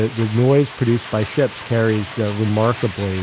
the noise produced by ships carries remarkably, and